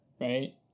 right